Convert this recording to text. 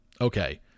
okay